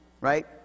Right